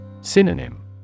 Synonym